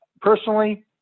personally